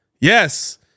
Yes